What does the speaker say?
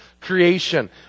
creation